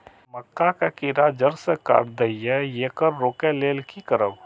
मक्का के कीरा जड़ से काट देय ईय येकर रोके लेल की करब?